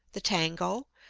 the tango,